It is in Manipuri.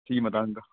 ꯁꯤꯒꯤ ꯃꯇꯥꯡꯗ